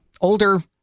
older